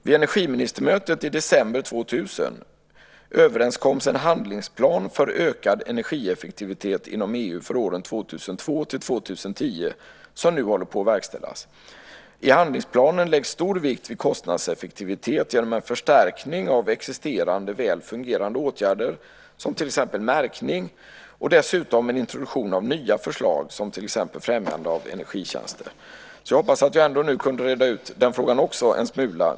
Vid energiministermötet i december 2000 kom man överens om en handlingsplan för ökad energieffektivitet inom EU för åren 2002-2010 som nu håller på att verkställas. I handlingsplanen läggs stor vikt vid kostnadseffektivitet genom en förstärkning av existerande väl fungerande åtgärder som till exempel märkning och dessutom en introduktion av nya förslag som till exempel främjande av energitjänster. Jag hoppas att jag nu ändå kunde reda ut den frågan också en smula.